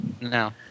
No